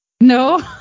No